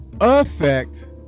Effect